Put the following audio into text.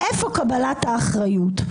איפה קבלת האחריות?